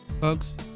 Folks